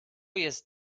jest